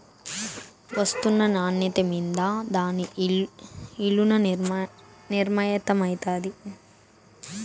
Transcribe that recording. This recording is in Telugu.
ఒస్తున్న నాన్యత మింద దాని ఇలున నిర్మయమైతాది